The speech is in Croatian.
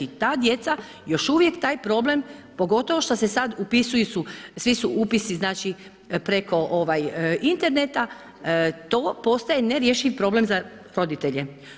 Ta djeca još uvijek taj problem pogotovo što se sad upisuju, svi su upisi preko interneta, to postaje nerješiv problem za roditelje.